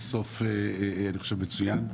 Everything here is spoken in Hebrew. הסוף, אני חושב, מצוין,